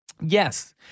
yes